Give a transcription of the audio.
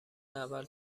اول